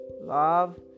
love